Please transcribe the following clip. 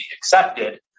accepted